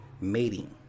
mating